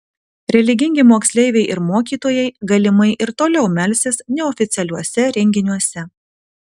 religingi moksleiviai ir mokytojai galimai ir toliau melsis neoficialiuose renginiuose